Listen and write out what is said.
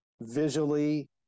visually